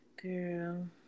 Girl